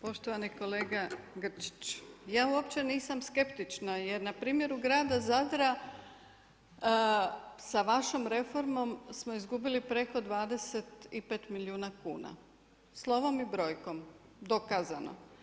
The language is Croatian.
Poštovani kolega Grčić, ja uopće nisam skeptična jer na primjeru grada Zadra sa vašom reformom smo izgubili preko 25 milijuna kuna slovom i brojkom dokazano.